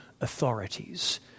authorities